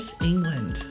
England